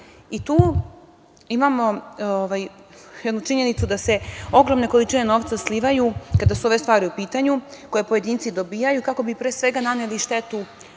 Tu imamo jednu činjenicu da se ogromne količine novca slivaju, kada su ove stvari u pitanju, koje pojedinci dobijaju, kako bi pre svega naneli štetu